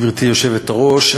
גברתי היושבת-ראש,